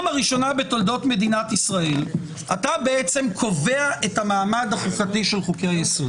הראשונה בתולדות מדינת ישראל אתה בעצם קובע את המעמד החוקתי של חוקי היסוד.